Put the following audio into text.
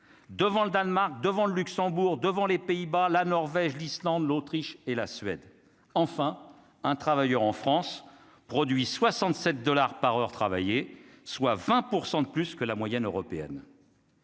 devant le Danemark devant le Luxembourg devant les Pays-Bas, la Norvège, l'Islande, l'Autriche et la Suède, enfin un travailleur en France produit 67 dollars par heure travaillée, soit 20 % de plus que la moyenne européenne.